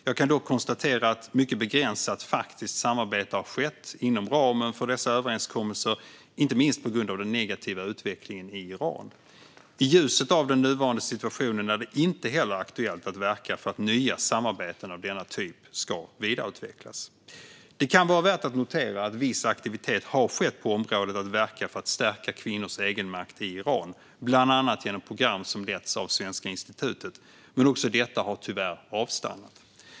Jag kan dock konstatera att mycket begränsat faktiskt samarbete har skett inom ramen för dessa överenskommelser, inte minst på grund av den negativa utvecklingen i Iran. I ljuset av den nuvarande situationen är det inte heller aktuellt att verka för att nya samarbeten av denna typ ska vidareutvecklas. Det kan vara värt att notera att viss aktivitet har skett på området att verka för att stärka kvinnors egenmakt i Iran, bland annat genom program som letts av Svenska institutet, men också detta har tyvärr avstannat.